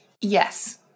Yes